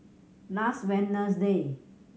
last Wednesday